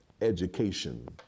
education